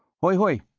hoi, hoi.